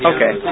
Okay